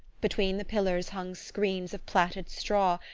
between the pillars hung screens of plaited straw,